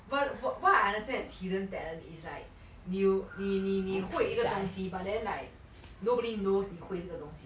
but wha~ what I understand is hidden talent is like you you you 你会一个东西 but then like nobody knows 你会这个东西